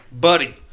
Buddy